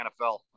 NFL